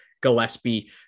Gillespie